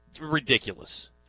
ridiculous